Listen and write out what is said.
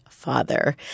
father